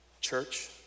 Church